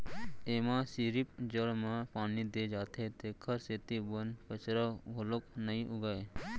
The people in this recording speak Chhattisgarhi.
एमा सिरिफ जड़ म पानी दे जाथे तेखर सेती बन कचरा घलोक नइ उगय